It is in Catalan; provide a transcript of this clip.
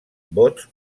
bots